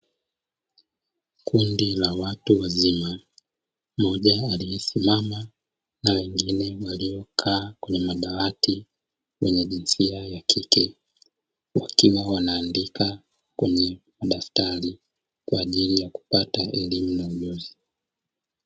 Kundi la watu wazima mmoja aliyesimama na wengine waliokaa kwenye madawati wenye jinsia ya kike, wakiwa wanaandika kwenye madaftari kwajili ya kupata elimu na ujuzi.